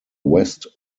west